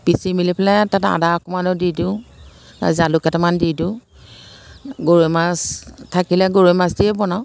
পিচি মেলি পেলাই আৰু তাত আদা অকণমানো দি দিওঁ জালুককেইটামান দি দিওঁ গৰৈ মাছ থাকিলে গৰৈ মাছ দিয়েই বনাওঁ